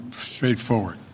straightforward